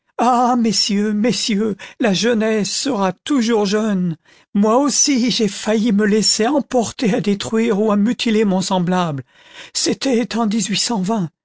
messieurs messieurs la jeunesse sera toujours jeune moi aussi j'ai failli me laisser emporter à détruire ou à mutiler mon semblable c'était en